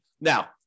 Now